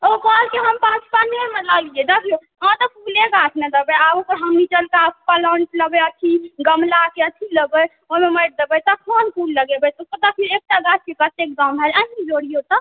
ओ कहलकै हम पचपनेमे लेलियै दस गो हँ तऽ फूले गाछ ने लेबै गमलाके अथी लेबै ओहिमे माटि देबै तखन फूल लगैबे सब टा चीज एक टा गाछके कतेक दाम भऽ जाइत अहीँ जोड़ियो तऽ